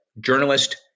journalist